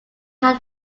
had